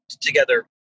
together